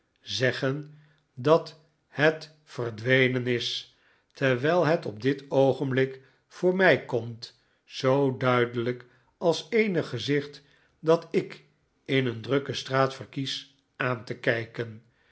zeggen dat het verdwenen is terwijl het op dit oogenblik voor mij komt zoo duidelijk als eenig gezicht dat ik in een drukke straat verkies aan te kijken